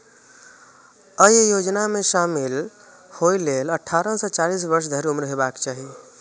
अय योजना मे शामिल होइ लेल अट्ठारह सं चालीस वर्ष धरि उम्र हेबाक चाही